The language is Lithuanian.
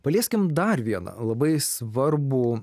palieskim dar vieną labai svarbų